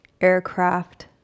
Aircraft